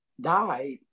died